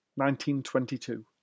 1922